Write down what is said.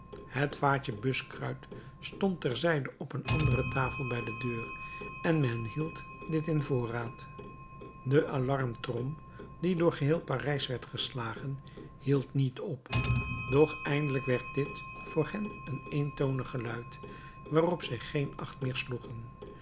het vaatje buskruit stond ter zijde op een andere tafel bij de deur en men hield dit in voorraad de alarmtrom die door geheel parijs werd geslagen hield niet op doch eindelijk werd dit voor hen een eentonig geluid waarop zij geen acht meer sloegen